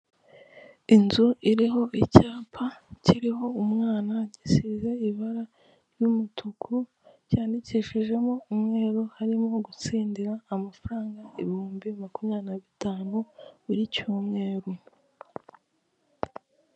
Inzu iriho icyapa kiriho umwana gisize ibara ry'umutuku cyandikishijemo umweru harimo gutsindira amafaranga ibihumbi makumyabiri na bitanu buri cyumweru.